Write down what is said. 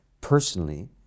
personally